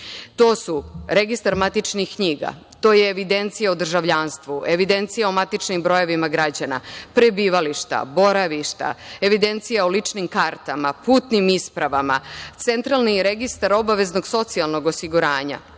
to su registar matičnih knjiga, to je evidencija o državljanstvu, evidencija o matičnim brojevima građana, prebivališta, boravišta, evidencija o ličnim kartama, putnim ispravama, centralni registar obaveznog socijalnog osiguranja,